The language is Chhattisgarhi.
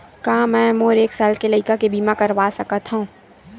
का मै मोर एक साल के लइका के बीमा करवा सकत हव?